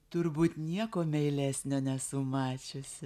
turbūt nieko meilesnio nesu mačiusi